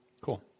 cool